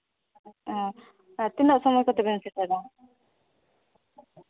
ᱚᱸᱻ ᱟᱨ ᱛᱤᱱᱟᱹᱜ ᱥᱚᱢᱚᱭ ᱠᱚᱛᱮ ᱵᱮᱱ ᱥᱮᱴᱮᱨᱟ